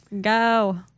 Go